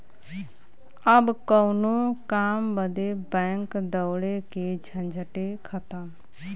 अब कउनो काम बदे बैंक दौड़े के झंझटे खतम